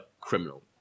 criminal